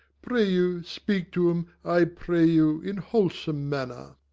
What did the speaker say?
pray you speak to em, i pray you, in wholesome manner.